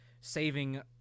saving